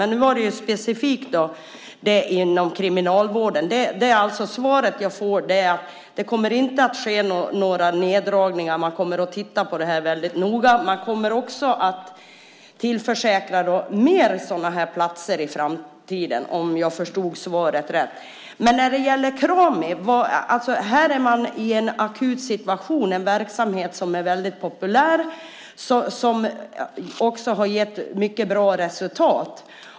Men nu gällde det specifikt detta inom kriminalvården. Svaret jag får är att det inte kommer att ske några neddragningar. Man kommer att titta på det här väldigt noga. Man kommer också att tillförsäkra fler sådana här platser i framtiden, om jag förstod svaret rätt. Men när det gäller Krami är man i en akut situation - det är en verksamhet som är väldigt populär som också har gett mycket bra resultat.